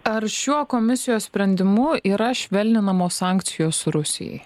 ar šiuo komisijos sprendimu yra švelninamos sankcijos rusijai